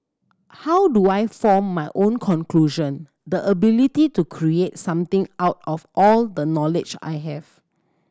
how do I form my own conclusion the ability to create something out of all the knowledge I have